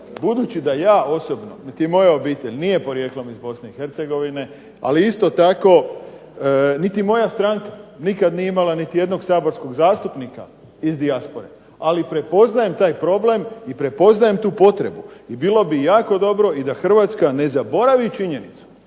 Budući da ja osobno niti moja obitelj nije porijeklom iz Bosne i Hercegovine, ali isto tako niti moja stranka nikad nije imala niti jednog saborskog zastupnika iz dijaspore, ali prepoznajem taj problem i prepoznajem tu potrebu. I bilo bi jako dobro i da Hrvatska ne zaboravi činjenicu